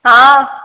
ହଁ